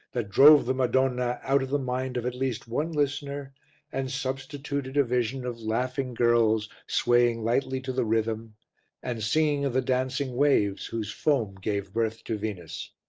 that drove the madonna out of the mind of at least one listener and substituted a vision of laughing girls swaying lightly to the rhythm and singing of the dancing waves whose foam gave birth to venus.